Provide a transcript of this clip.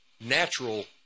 natural